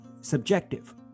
subjective